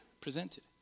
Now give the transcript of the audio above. presented